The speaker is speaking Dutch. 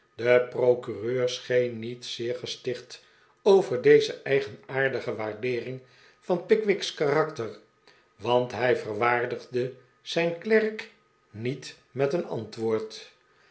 de procureur scheen niet zeer gesticht over deze eigenaardige waardeering van pickwick's karakter want hij verwaardigde zijn klerk niet met een antwoord